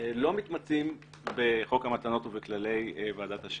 לא מתמצים בחוק המתנות ובכללי ועדת אשר.